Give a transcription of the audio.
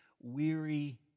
weary